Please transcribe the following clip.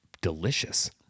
delicious